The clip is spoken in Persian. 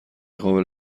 قابل